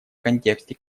контексте